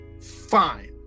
fine